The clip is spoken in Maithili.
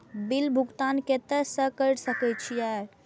बिल भुगतान केते से कर सके छी?